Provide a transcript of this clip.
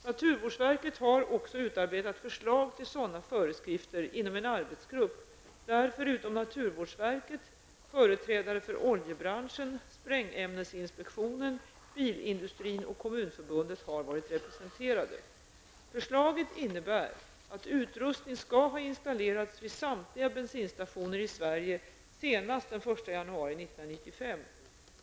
Naturvårdsverket har också utarbetat förslag till sådana föreskrifter inom en arbetsgrupp där förutom naturvårdsverket företrädare för oljebranschen, sprängämnesinspektionen, bilindustrin och kommunförbundet har varit representerade. Förslaget innebär att utrustning skall ha installerats vid samtliga bensinstationer i Sverige senast den 1 januari 1995.